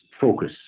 focus